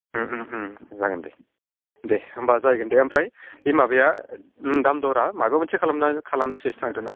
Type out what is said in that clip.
उम उम उम जागोन दे दे होमबा जागोन दे आमफ्राय बे माबाया ओम दाम दरा माबा मोनसे खालामना खालामनोसै थांग्रोना